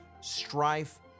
strife